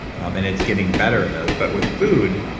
and um and it's getting better in those, but with food,